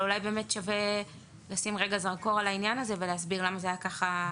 אולי באמת שווה לשים רגע זרקור על העניין הזה ולהסביר למה זה היה ככה.